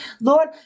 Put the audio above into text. Lord